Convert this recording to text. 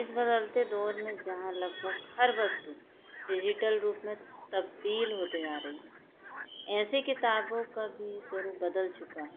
इस बदलते दौर में जहाँ लगभग हर वस्तु डिजिटल रूप में तब्दील होते जा रही है ऐसी किताबों का भी स्वरूप बदल चुका है